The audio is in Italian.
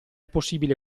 possibile